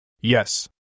Yes